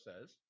says